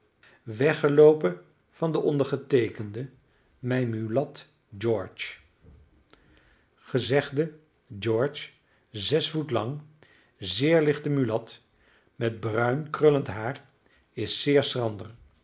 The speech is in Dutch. weggeloopen van den ondergeteekende mijn mulat george gezegde george zes voet lang zeer lichte mulat met bruin krullend haar is zeer schrander